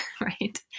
right